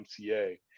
MCA